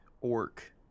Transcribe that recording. orc